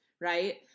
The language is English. right